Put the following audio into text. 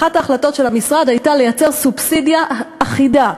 אחת ההחלטות של המשרד הייתה לייצר סובסידיה אחידה.